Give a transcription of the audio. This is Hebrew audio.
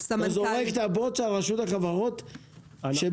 אתה זורק את הבוץ על רשות החברות כשמתחלפים